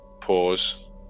Pause